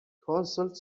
consult